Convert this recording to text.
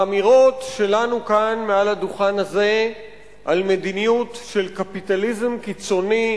האמירות שלנו כאן מעל הדוכן הזה על מדיניות של קפיטליזם קיצוני,